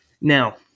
now